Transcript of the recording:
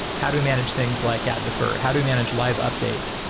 how do we manage things like at defer? how do we manage life updates?